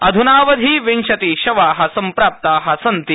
अध्नावधि विंशतिः शवाः सम्प्राप्ताः सन्ति